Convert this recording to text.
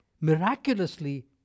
miraculously